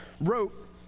wrote